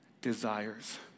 desires